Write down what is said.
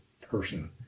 person